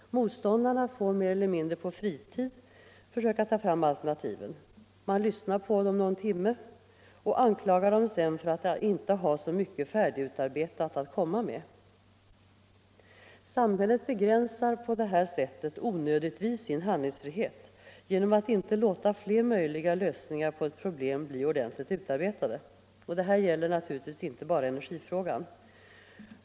Motståndarna får mer eller mindre på fritid försöka ta fram alternativen. Man lyssnar på dem någon timme och anklagar dem sedan för att inte ha så mycket färdigutarbetat att komma med. Samhället begränsar på det här sättet onödigtvis sin handlingsfrihet genom att inte låta fler möjliga lösningar på ett problem bli ordentligt utarbetade. Detta gäller naturligtvis inte bara energifrågan.